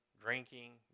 drinking